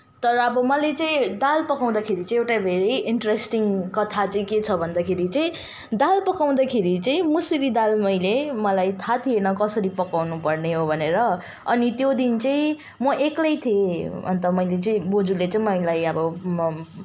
तर अब मैले चाहिँ दाल पकाउँदाखेरि चाहिँ एउटा धेरै इन्ट्रेस्टिङ कथा चाहिँ के छ भन्दाखेरि चाहिँ दाल पकाउँदाखेरि चाहिँ मुसुरी दाल मैले मलाई थाहा थिएन कसरी पकाउनुपर्ने हो भनेर अनि त्यो दिन चाहिँ म एक्लै थिएँ अन्त मैले चाहिँ बोजुले चाहिँ मलाई अब